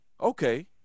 okay